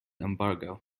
embargo